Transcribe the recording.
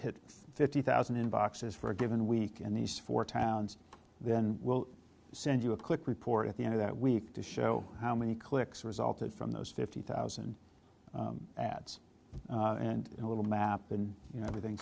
hit fifty thousand in boxes for a given week and these four towns then will send you a quick report at the end of that week to show how many clicks resulted from those fifty thousand ads and a little map and you know everything